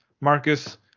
Marcus